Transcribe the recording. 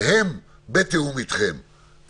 הם אנשי מעשה, יחד עם משרד הבריאות.